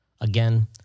Again